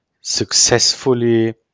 successfully